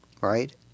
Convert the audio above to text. right